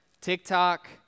TikTok